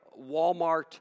Walmart